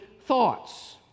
thoughts